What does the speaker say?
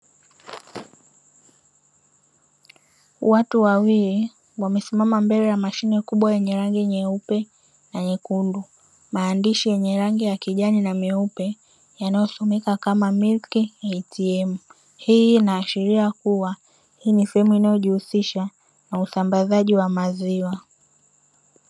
Watu wawili wamesimama mbele ya mashine kubwa yenye rangi nyeupe na nyekundu, maandishi yenye rangi ya kijani na meupe yanayo someka kama "Milk ATM" hii inaashiria kua hii ni sehemu inayo jihusisha na usambazaji wa maziwa.